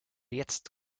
jetzt